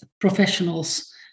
professionals